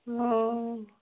हँ